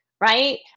right